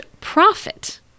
profit